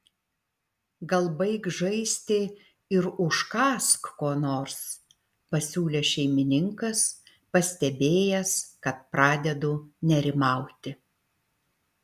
gal baik žaisti ir užkąsk ko nors pasiūlė šeimininkas pastebėjęs kad pradedu nerimauti